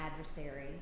adversary